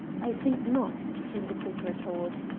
i think not, came the quick retort.